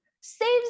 saves